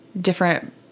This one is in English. different